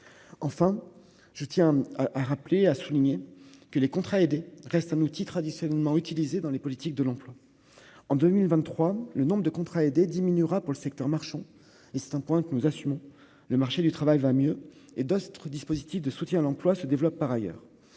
enfin, je tiens à rappeler, a souligné que les contrats aidés, reste un outil traditionnellement utilisée dans les politiques de l'emploi en 2023 le nombre de contrats aidés diminuera pour le secteur marchand et c'est un point que nous assumons le marché du travail va mieux et d'autres dispositifs de soutien à l'emploi se développe par ailleurs